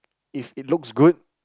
if it looks good